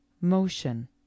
motion